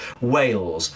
Wales